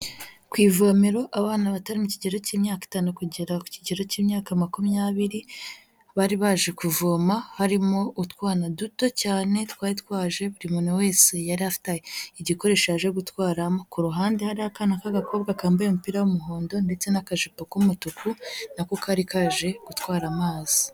Ku ivomero, abana bato bari mu kigero cy'imyaka itanu kugera ku kigero cy'imyaka makumyabiri, bari baje kuvoma harimo utwana duto cyane twari twaje buri muntu wese yari afiteta igikoresho aje gutwara mo, ku ruhande hari akana k'agakobwa kambaye umupira w'umuhondo, ndetse n'akajipo k'umutuku, nako kari kaje gutwara amazi.